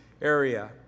area